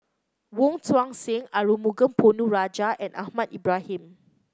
Wong Tuang Seng Arumugam Ponnu Rajah and Ahmad Ibrahim